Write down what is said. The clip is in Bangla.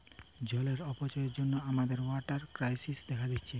জলের অপচয়ের জন্যে আমাদের ওয়াটার ক্রাইসিস দেখা দিচ্ছে